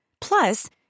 Plus